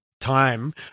time